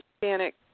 Hispanic